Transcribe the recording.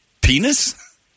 Penis